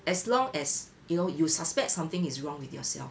as long as you know you suspect something is wrong with yourself